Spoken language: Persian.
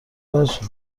وجه